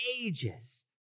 ages